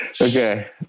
Okay